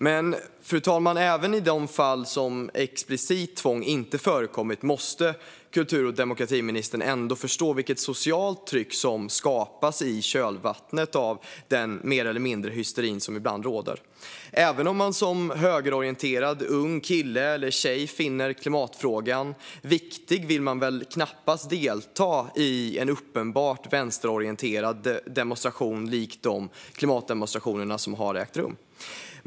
Men, fru talman, även i fall där explicit tvång inte förekommit måste kultur och demokratiministern förstå vilket socialt tryck som skapas i kölvattnet av den mer eller mindre hysteri som ibland råder. Även om man som högerorienterad ung kille eller tjej finner klimatfrågan viktig vill man väl knappast delta i uppenbart vänsterorienterade demonstrationer likt de klimatdemonstrationer som ägt rum.